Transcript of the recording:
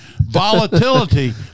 volatility